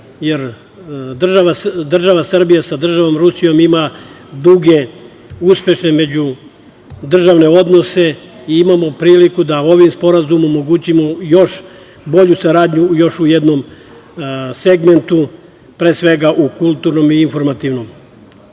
jer država Srbija sa državom Rusijom ima duge uspešne međudržavne odnose i imamo priliku da ovim sporazumom omogućimo još bolju saradnju u još jednom segmentu, pre svega u kulturnom i informativnom. Pošto